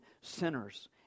sinners